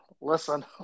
listen